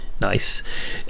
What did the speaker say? Nice